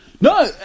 No